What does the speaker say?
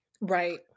right